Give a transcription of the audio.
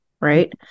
right